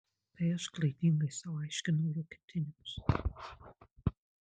tai aš klaidingai sau aiškinau jo ketinimus